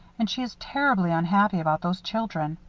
and she is terribly unhappy about those children.